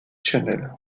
channel